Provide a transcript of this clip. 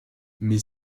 mais